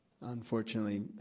unfortunately